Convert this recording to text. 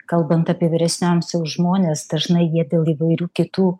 kalbant apie vyresnio amsiaus žmones dažnai jie dėl įvairių kitų